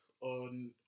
on